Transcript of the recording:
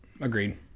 Agreed